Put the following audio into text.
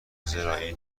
زراعی